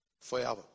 forever